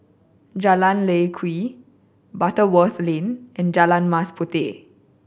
Jalan Lye Kwee Butterworth Lane and Jalan Mas Puteh